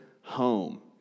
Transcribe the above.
home